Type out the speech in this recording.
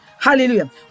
hallelujah